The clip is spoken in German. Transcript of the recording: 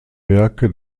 werke